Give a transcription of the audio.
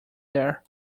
there